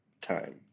time